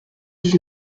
dix